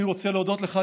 אני רוצה להודות לך,